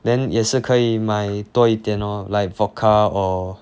then 也是可以买多一点 lor like vodka or